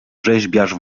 rzeźbiarz